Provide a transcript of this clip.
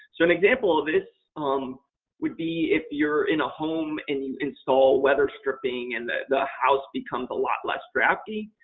so, an example of this um would be if you're in a home and you install weather stripping and the house becomes a lot less drafty.